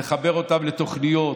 לחבר אותם לתוכניות.